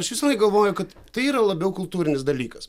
aš visąlaik galvoju kad tai yra labiau kultūrinis dalykas